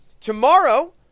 Tomorrow